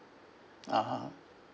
(uh huh)